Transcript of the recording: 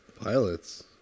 pilots